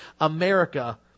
America